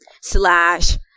slash